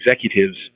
executives